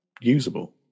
usable